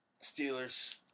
Steelers